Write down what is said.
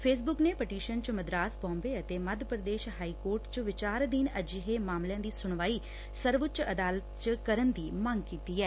Facebook ਨੇ petition ਚ ਮਦਰਾਸ ਬੰਬਈ ਅਤੇ ਮੱਧ ਪ੍ਰਦੇਸ਼ ਹਾਈ ਕੋਰਟ ਚ ਵਿਚਾਰ ਅਧੀਨ ਅਜਿਹੇ ਮਾਮਲਿਆਂ ਦੀ ਸੁਣਵਾਈ ਸਰਵਉੱਚ ਅਦਾਲਤ ਚ ਕਰਨ ਦੀ ਮੰਗ ਕੀਤੀ ਐ